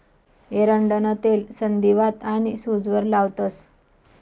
एरंडनं तेल संधीवात आनी सूजवर लावतंस